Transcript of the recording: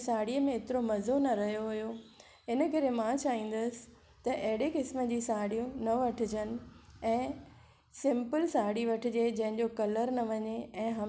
पूरो सफ़र थियो सिॼ जो लालाण थी गगन में पखी परहणी पहुता पंहिंजे पुखन में